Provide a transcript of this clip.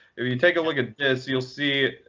if you take a look at this, you'll see,